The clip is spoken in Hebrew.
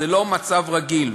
זה לא מצב רגיל.